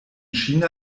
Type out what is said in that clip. china